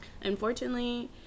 Unfortunately